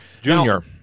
Junior